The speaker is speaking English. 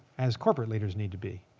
as corporate leaders need to be.